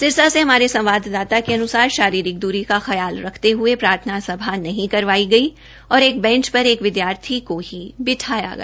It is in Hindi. सिरसा से हमारे सवांददाता के अन्सार शारीरिक द्वरी का ख्याल रखते हये प्रार्थना सभा नहीं करवाई गई और एक बैंच पर एक विदयार्थी को ही बिठाया गया